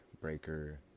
Breaker